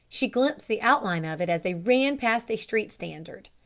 she glimpsed the outline of it as they ran past a street standard.